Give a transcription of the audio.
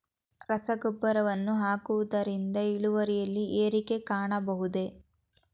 ರಸಗೊಬ್ಬರವನ್ನು ಹಾಕುವುದರಿಂದ ಇಳುವರಿಯಲ್ಲಿ ಏರಿಕೆ ಕಾಣಬಹುದೇ?